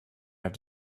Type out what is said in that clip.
have